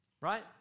Right